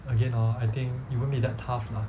again hor I think it won't be that tough lah